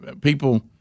people